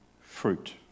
fruit